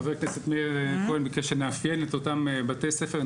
חבר הכנסת מאיר כהן ביקש שנאפיין את אותם בתי ספר,